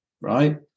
right